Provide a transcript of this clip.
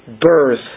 birth